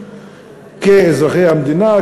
כאזרחי המדינה,